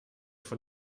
von